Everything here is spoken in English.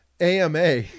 AMA